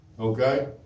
Okay